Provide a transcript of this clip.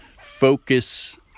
focus